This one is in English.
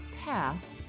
path